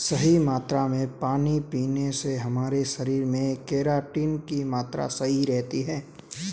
सही मात्रा में पानी पीने से भी हमारे शरीर में केराटिन की मात्रा सही रहती है